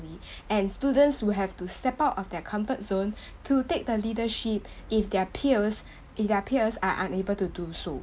~ly and students will have to step out of their comfort zone to take the leadership if their peers if their peers are unable to do so